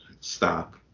Stop